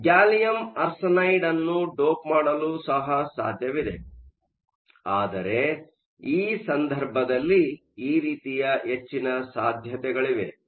ಆದ್ದರಿಂದ gallium arsenide ಅನ್ನು dope ಮಾಡಲು ಸಹ ಸಾಧ್ಯವಿದೆ ಆದರೆ ಈ ಸಂದರ್ಭದಲ್ಲಿ ಈ ರೀತಿಯ ಹೆಚ್ಚಿನ ಸಾಧ್ಯತೆಗಳಿವೆ